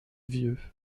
vieux